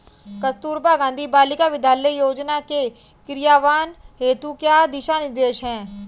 कस्तूरबा गांधी बालिका विद्यालय योजना के क्रियान्वयन हेतु क्या दिशा निर्देश हैं?